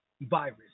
virus